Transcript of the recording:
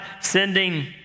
sending